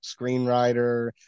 screenwriter